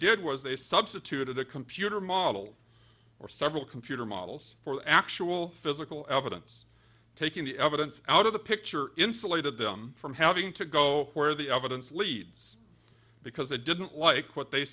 did was they substituted a computer model or several computer models for the actual physical evidence taking the evidence out of the picture insulated them from having to go where the evidence leads because they didn't like what they